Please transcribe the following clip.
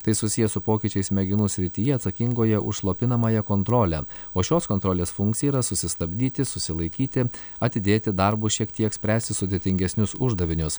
tai susiję su pokyčiais smegenų srityje atsakingoje už slopinamąją kontrolę o šios kontrolės funkcija yra susistabdyti susilaikyti atidėti darbus šiek tiek spręsti sudėtingesnius uždavinius